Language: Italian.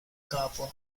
capua